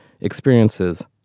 experiences